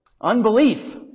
Unbelief